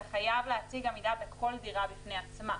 אתה חייב להציג עמידה בכל דירה בפני עצמה.